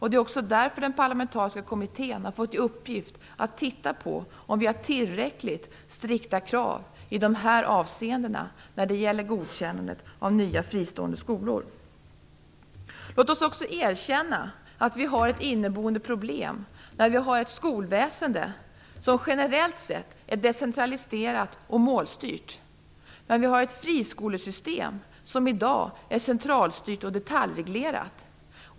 Det är också därför som den parlamentariska kommittén har fått i uppgift att titta på om vi har tillräckligt strikta krav i dessa avseenden när det gäller godkännandet av nya fristående skolor. Låt oss också erkänna att vi har ett inneboende problem när vi har ett skolväsende som generellt sett är decentraliserat och målstyrt, medan vi har ett friskolesystem som i dag är centralstyrt och detaljreglerat.